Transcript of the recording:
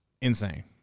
insane